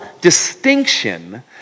distinction